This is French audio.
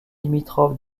limitrophe